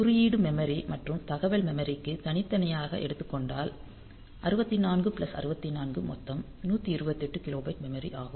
குறியீடு மெமரி மற்றும் தகவல் மெமரி க்கு தனித்தனியாக எடுத்துக் கொண்டால் 64 பிளஸ் 64 மொத்த 128 கிலோபைட் மெமரி ஆகும்